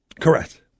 correct